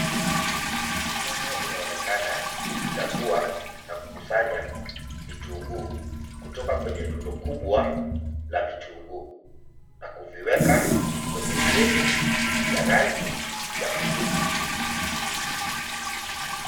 Mkono unaonekana ukichagua na kukusanya vitunguu kutoka kwenye rundo kubwa la vitunguu na kuviweka kwenye kreti ya rangi ya buluu.